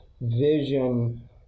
Vision